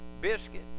biscuit